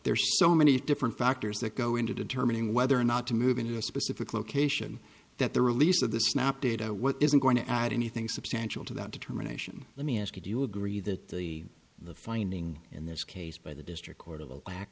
there's so many different factors that go into determining whether or not to move in to a specific location that the release of the snap data what isn't going to add anything substantial to that determination let me ask you do you agree that the the finding in this case by the district court of the lack